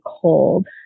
cold